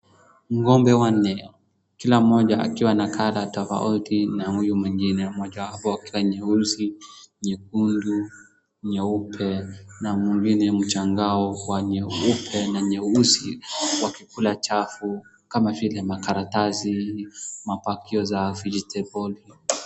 Ng'ombe wanne, kila mmoja akiwa na color tofauti na huyu mwingine, mojawapo akiwa nyeusi, nyekundu, nyeupe na mwingine mchangao wa nyeupe na nyeusi, wakikula chafu kama vile makaratasi, mabakio ya vegetable .